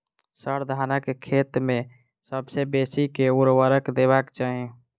sir, धानक खेत मे सबसँ बेसी केँ ऊर्वरक देबाक चाहि